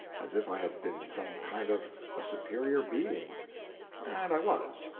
as if i had been some kind of a superior being and i was.